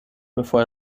bevor